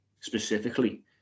specifically